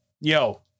yo